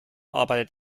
arbeitet